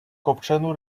копчену